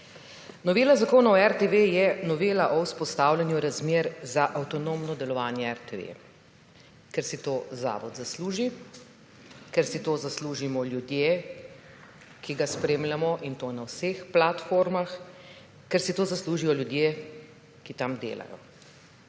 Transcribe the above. Novela Zakona o RTV je novela o vzpostavljanju razmer za avtonomno delovanje RTV. Ker si to zavod zasluži. Ker si tozaslužimo ljudje, ki ga spremljamo, in to na vseh platformah. Ker si to zaslužijo ljudje, ki tam delajo.